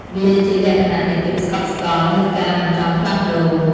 វាជាលក្ខណៈនៃភាពស្កប់ស្កល់ ឬការមិនចង់ផ្លាស់ប្ដូរ។